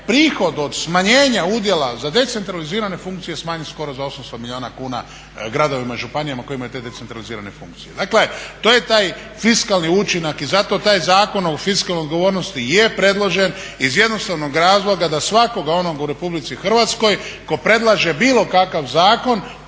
prihod od smanjenja udjela za decentralizirane funkcije smanjen skoro za 800 milijuna kuna gradovima i županijama koje imaju te decentralizirane funkcije. Dakle to je taj fiskalni učinak i zato taj Zakon o fiskalnoj odgovornosti je predložen iz jednostavnog razloga da svakoga onog u Republici Hrvatskoj tko predlaže bilo kakav zakon